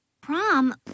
Prom